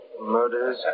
murders